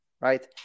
right